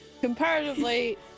comparatively